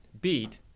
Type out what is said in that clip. BEAT